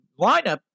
lineup